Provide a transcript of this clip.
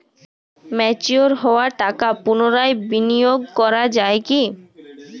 Mature হওয়া টাকা পুনরায় বিনিয়োগ করা য়ায় কি?